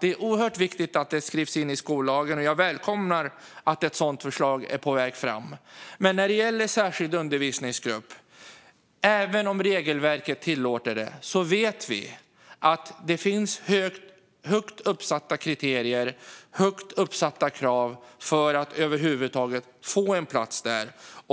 Det är oerhört viktigt att det skrivs in i skollagen, och jag välkomnar att ett sådant förslag är på väg fram. Men när det gäller särskild undervisningsgrupp vet vi att även om regelverket tillåter det finns det högt satta kriterier och högt ställda krav för att man över huvud taget ska få en plats där.